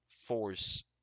force